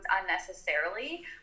unnecessarily